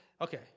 okay